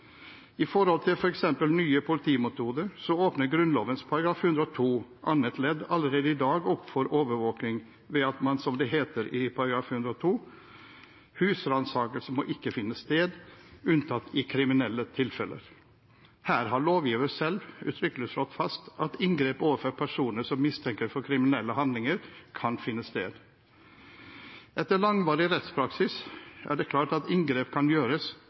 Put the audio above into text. nye politimetoder, åpner Grunnloven § 102 annet ledd allerede i dag opp for overvåking ved at, som det heter i § 102: «Husransakelse må ikke finne sted, unntatt i kriminelle tilfeller.» Her har lovgiver selv uttrykkelig slått fast at inngrep overfor personer som mistenkes for kriminelle handlinger, kan finne sted. Etter langvarig rettspraksis er det klart at inngrep kan gjøres,